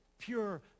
pure